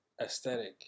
aesthetic